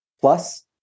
Plus